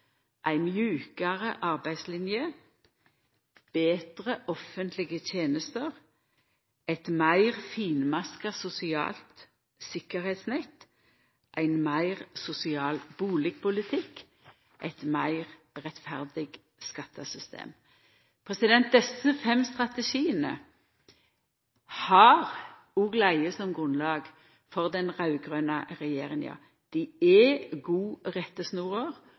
ein meir sosial bustadpolitikk eit meir rettferdig skattesystem Desse fem strategiane har òg lege som grunnlag for den raud-grøne regjeringa. Dei er